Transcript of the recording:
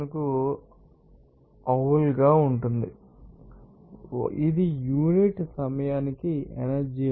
కాబట్టి వాటిని మీకు తెలిసినట్లుగా రావడం పవర్ యూనిట్ సెకనుకుజౌల్ గా ఉంటుంది ఇది యూనిట్ సమయానికి ఎనర్జీ అవుతుంది